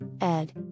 Ed